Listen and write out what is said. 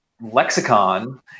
lexicon